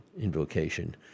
invocation